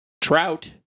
Trout